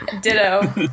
Ditto